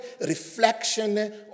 reflection